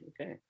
Okay